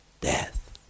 Death